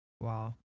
wow